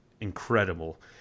incredible